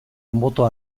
anboto